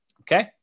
Okay